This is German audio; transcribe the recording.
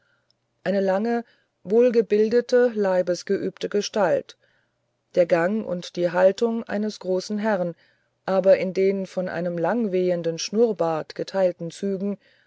eine lange und wohlgebildete leibesgeübte gestalt der gang und die haltung eines großen herrn aber in den von einem langwehenden schnurrbart geteilten zügen